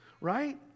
right